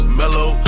mellow